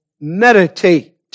meditate